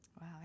Wow